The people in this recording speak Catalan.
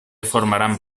formaran